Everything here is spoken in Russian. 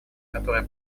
которое